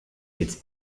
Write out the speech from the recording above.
its